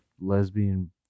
lesbian